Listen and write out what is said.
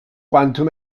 quantum